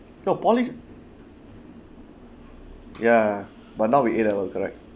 no poly ya but now with A level correct